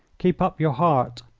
keep up your heart!